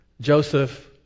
Joseph